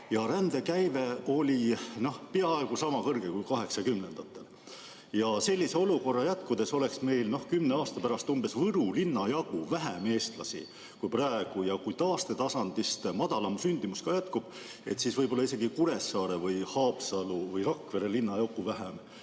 Rändekäive oli peaaegu sama kõrge kui 1980-ndatel. Sellise olukorra jätkudes oleks meil kümne aasta pärast umbes Võru linna jagu vähem eestlasi kui praegu, kui taastetasandist madalam sündimus jätkub, siis võib-olla isegi Kuressaare või Haapsalu või Rakvere linna jagu vähem,